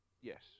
yes